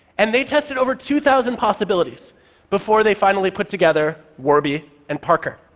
and they tested over two thousand possibilities before they finally put together warby and parker.